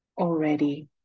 Already